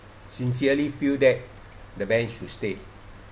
sincerely feel that the ban should stay